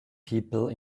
people